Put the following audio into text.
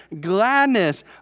gladness